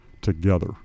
together